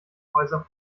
häuser